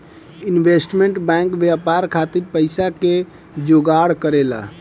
investment bank व्यापार खातिर पइसा के जोगार करेला